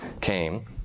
came